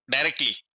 directly